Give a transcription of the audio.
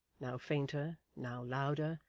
now fainter, now louder,